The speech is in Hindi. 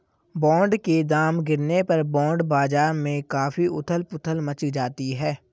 बॉन्ड के दाम गिरने पर बॉन्ड बाजार में काफी उथल पुथल मच जाती है